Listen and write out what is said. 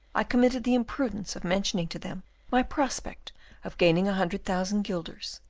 i committed the imprudence of mentioning to them my prospect of gaining a hundred thousand guilders,